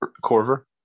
Corver